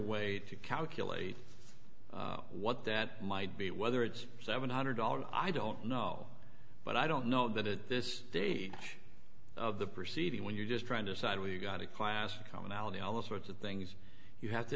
way to calculate what that might be whether it's seven hundred dollars i don't know but i don't know that at this stage of the proceeding when you're just trying to decide where you've got a classic commonality alice sorts of things you have to